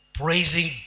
praising